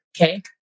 Okay